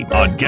on